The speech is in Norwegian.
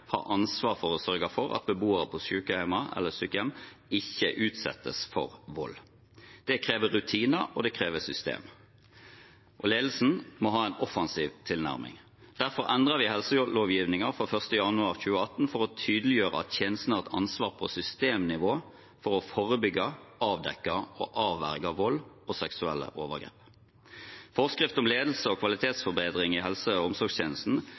har ansvar for å sørge for at beboere på sykehjem ikke utsettes for vold. Det krever rutiner, og det krever systemer. Ledelsen må ha en offensiv tilnærming. Derfor endret vi helselovgivningen fra 1. januar 2018 for å tydeliggjøre at tjenestene har et ansvar på systemnivå for å forebygge, avdekke og avverge vold og seksuelle overgrep. Forskrift om ledelse og kvalitetsforbedring i helse- og omsorgstjenesten